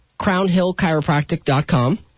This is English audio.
crownhillchiropractic.com